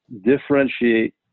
differentiate